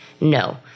No